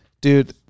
dude